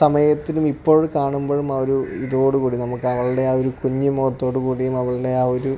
സമയത്തിനുമിപ്പോഴ് കാണുമ്പഴും ആ ഒരു ഇതോട് കൂടി നമുക്ക് അവളുടെ ആ ഒരു കുഞ്ഞ് മുഖത്തോട് കൂടിയും അവളുടെ ആ ഒരു